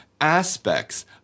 aspects